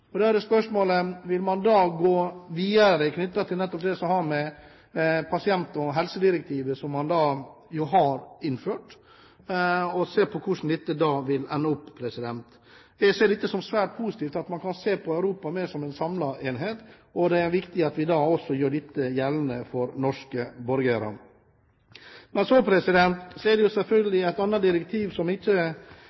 Da er spørsmålet: Vil man gå videre med det som har med helsedirektivet å gjøre, som man jo har innført, og se på hvordan det vil ende opp? Jeg ser det som svært positivt at man kan se på Europa mer som en samlet enhet. Det er viktig at vi da også gjør dette gjeldende for norske borgere. Så er det et annet direktiv, som jeg ikke finner igjen i utenriksministerens redegjørelse, som er